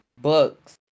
books